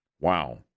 Wow